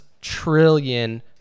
trillion